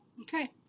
Okay